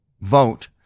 vote